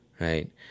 right